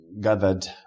gathered